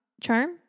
charm